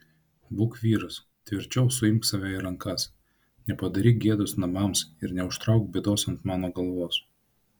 būk vyras tvirčiau suimk save į rankas nepadaryk gėdos namams ir neužtrauk bėdos ant mano galvos